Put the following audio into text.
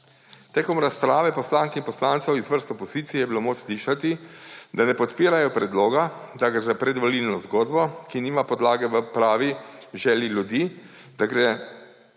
Med razpravo poslank in poslancev iz vrst opozicije je bilo moč slišati, da ne podpirajo predloga, da gre za predvolilno zgodbo, ki nima podlage v pravi želji ljudi, da gre